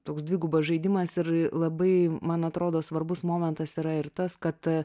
toks dvigubas žaidimas ir labai man atrodo svarbus momentas yra ir tas kad